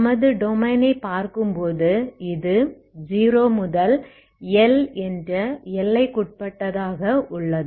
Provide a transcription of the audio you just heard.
நமது டொமைனை பார்க்கும்போது இது 0 முதல் L என்ற எல்லைக்குட்பட்டதாக உள்ளது